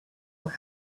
were